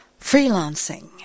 freelancing